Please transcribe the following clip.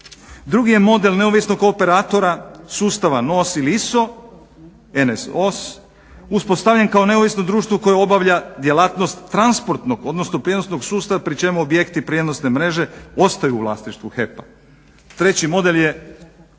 Drugi je model neovisnog operatora sustava NOS ili ISO NSOS uspostavljen kao neovisno društvo koje obavlja djelatnost transportnog, odnosno prijenosnog sustava pri čemu objekti prijenosne mreže ostaju u vlasništvu HEP-a. Treći model je operator